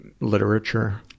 literature